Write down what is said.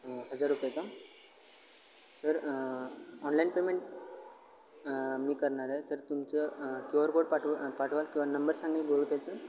हजार रुपये का सर ऑनलाईन पेमेंट मी करणार आहे तर तुमचं क्यू आर कोड पाठवा पाठवाल किंवा नंबर सांगाल गुगल पेचं